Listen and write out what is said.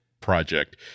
project